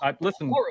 listen